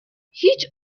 هیچ